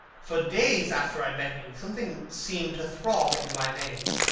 for days after i met you, something seemed to throb in my veins.